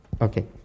Okay